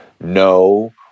No